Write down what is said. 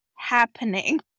Happening